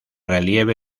relieve